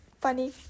funny